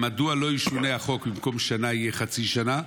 3. מדוע לא ישונה החוק, במקום שנה יהיה חצי שנה?